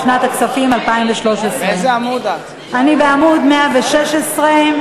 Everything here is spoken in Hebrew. לשנת הכספים 2013. אני בעמוד 116,